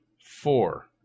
four